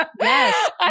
Yes